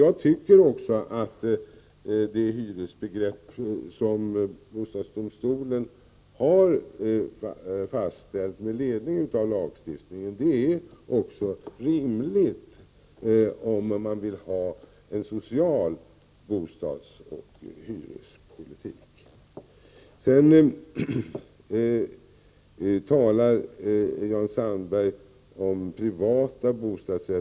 Jag tycker också att det hyresbegrepp som bostadsdomstolen har fastställt med ledning av lagstiftningen är rimligt om man vill föra en social bostadsoch hyrespolitik. Jan Sandberg talade vidare om privata bostadsrätter.